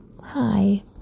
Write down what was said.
hi